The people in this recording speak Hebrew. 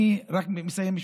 אני מסיים במשפט: